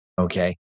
okay